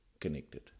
connected